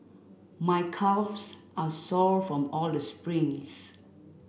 my calves are sore from all the sprints